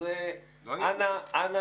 אז אנא.